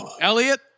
Elliot